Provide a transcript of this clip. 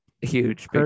huge